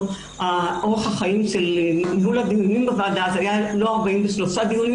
אורך החיים של ניהול הדיונים בוועדה היה לא 43 דיונים,